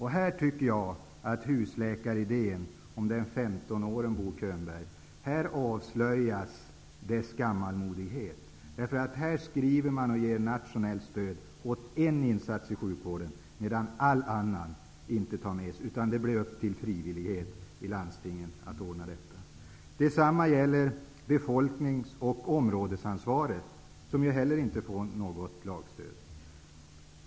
Här tycker jag att husläkaridéns gammalmodighet avslöjas, Bo Könberg. Här ger man nationellt stöd åt en insats i sjukvården, medan all annan verksamhet lämnas därhän -- det blir frivilligt för landstingen att ordna detta. Detsamma gäller befolknings och områdesansvaret, som inte heller får något lagstöd.